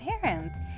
parents